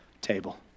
table